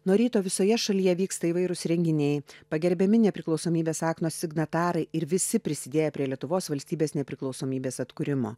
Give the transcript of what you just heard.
nuo ryto visoje šalyje vyksta įvairūs renginiai pagerbiami nepriklausomybės akto signatarai ir visi prisidėję prie lietuvos valstybės nepriklausomybės atkūrimo